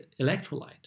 electrolyte